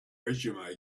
resume